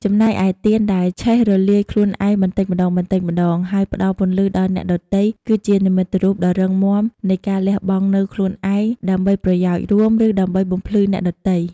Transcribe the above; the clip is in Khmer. ចំណែកឯទៀនដែលឆេះ រលាយខ្លួនឯងបន្តិចម្តងៗ ហើយផ្តល់ពន្លឺដល់អ្នកដទៃ គឺជានិមិត្តរូបដ៏រឹងមាំនៃ ការលះបង់នូវខ្លួនឯង ដើម្បីប្រយោជន៍រួម ឬដើម្បីបំភ្លឺអ្នកដទៃ។